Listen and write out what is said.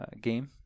game